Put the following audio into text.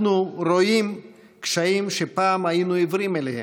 אנחנו רואים קשיים שפעם היינו עיוורים אליהם,